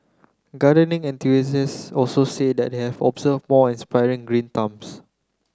gardening enthusiasts also say that they have observed more aspiring green thumbs